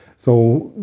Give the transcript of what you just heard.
so,